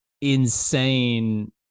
insane